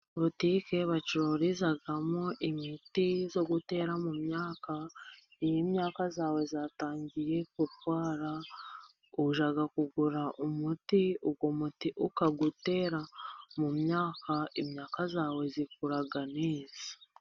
Butike bacururizamo imiti yo gutera mu myaka, iyo imyaka yawe yatangiye gurwara, ujya kugura umuti, uwo muti ukawutera mu myaka, imyaka yawe ikura neza.